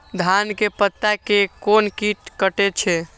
धान के पत्ता के कोन कीट कटे छे?